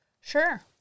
Sure